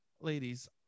Ladies